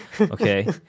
okay